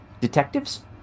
detectives